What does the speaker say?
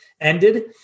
ended